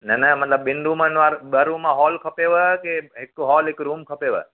न न मतिलबु ॿिनि रूमनि वारो ॿ रूम हॉल खपेव के हिक हॉल हिक रूम खपेव